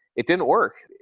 it didn't work.